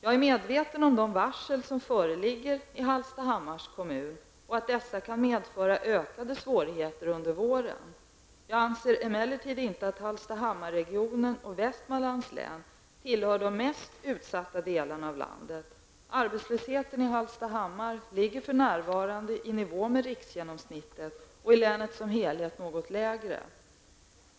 Jag är medveten om de varsel som föreligger i Hallstahammars kommun och att dessa kan medföra ökade svårigheter under våren. Jag anser emellertid inte att Hallstahammarregionen och Västmanlands län tillhör de mest utsatta delarna av landet. Arbetslösheten i Hallstahammar ligger för närvarande i nivå med riksgenomsnittet och i länet som helhet något lägre.